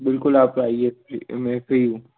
बिल्कुल आप आइए मैं यहीं पर ही हूँ